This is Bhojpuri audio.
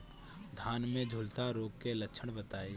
धान में झुलसा रोग क लक्षण बताई?